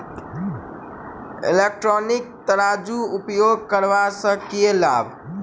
Electronic तराजू उपयोग करबा सऽ केँ लाभ?